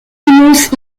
immense